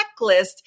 checklist